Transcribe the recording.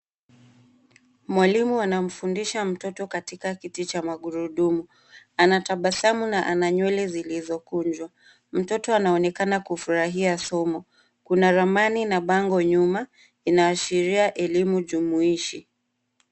Mwalimu anamfundisha mtoto katika kiti cha magurudumu. Anatabasamu na ana nywele zilizokunjwa. Mtoto anaonekana kufurahia somo. Kuna ramani na bango nyuma. Inaashiria elimu jumuishi.